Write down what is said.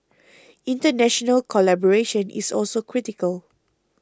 international collaboration is also critical